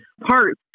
parts